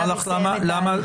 למה?